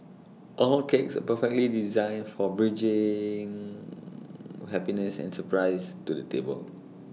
all cakes are perfectly designed for bringing happiness and surprises to the table